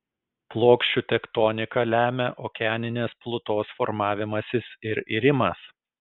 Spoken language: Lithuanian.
plokščių tektoniką lemia okeaninės plutos formavimasis ir irimas